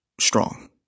strong